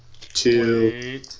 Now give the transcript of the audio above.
two